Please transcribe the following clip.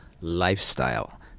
lifestyle